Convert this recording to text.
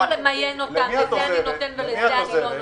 למיין: לזה אני נותן ולזה אני לא נותן.